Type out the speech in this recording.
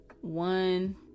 One